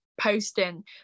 posting